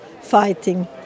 fighting